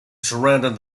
surrounding